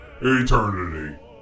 eternity